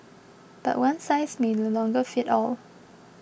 but one size may no longer fit all